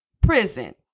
prison